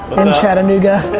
chattanooga,